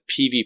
PVP